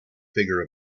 figure